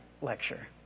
lecture